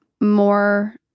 more